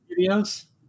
videos